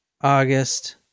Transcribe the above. August